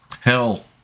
Hell